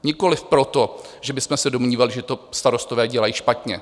Nikoliv proto, že bychom se domnívali, že to starostové dělají špatně.